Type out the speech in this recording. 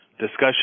discussion